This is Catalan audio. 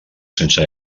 sense